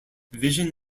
vision